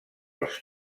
els